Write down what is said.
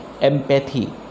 empathy